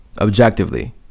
objectively